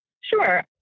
Sure